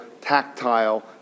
tactile